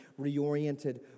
reoriented